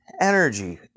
energy